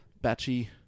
batchy